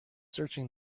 searching